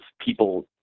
people